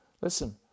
listen